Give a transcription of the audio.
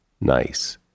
nice